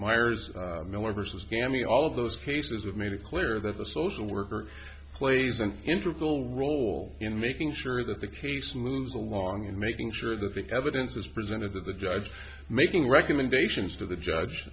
myers miller versus gammy all of those cases have made it clear that the social worker plays an interpol role in making sure that the case moves along in making sure that the evidence is presented to the judge making recommendations to the judge